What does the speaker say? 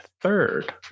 third